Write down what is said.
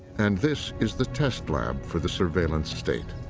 and this is the test lab for the surveillance state.